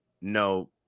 no